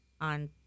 on